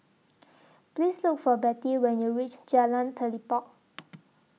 Please Look For Bettie when YOU REACH Jalan Telipok